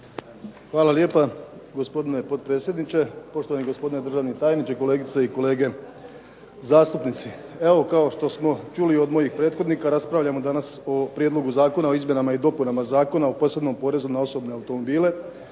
Hvala lijepa gospodine potpredsjedniče, poštovani gospodine državni tajniče, kolegice i kolege zastupnici. Evo kao što smo čuli od mojih prethodnika raspravljamo danas o Prijedlogu zakona o izmjenama i dopunama Zakona o posebnom porezu na osobne automobile,